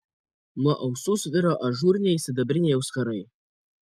nuo ausų sviro ažūriniai sidabriniai auskarai